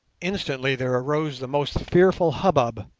instantly there arose the most fearful hubbub,